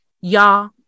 y'all